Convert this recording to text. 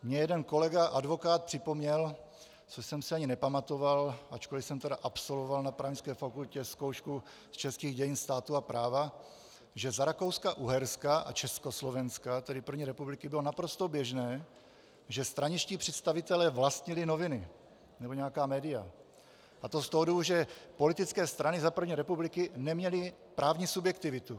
Mně jeden kolega advokát připomněl, co jsem si ani nepamatoval, ačkoliv jsem tedy absolvoval na právnické fakultě zkoušku z českých dějin státu a práva, že za RakouskaUherska a Československa, tedy první republiky, bylo naprosto běžné, že straničtí představitelé vlastnili noviny nebo nějaká média, a to z toho důvodu, že politické strany za první republiky neměly právní subjektivitu.